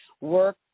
work